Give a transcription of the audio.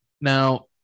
Now